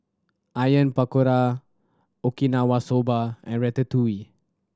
Onion Pakora Okinawa Soba and Ratatouille